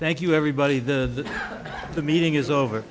thank you everybody the the meeting is over